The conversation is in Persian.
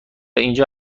اینجا